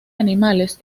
animales